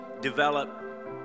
develop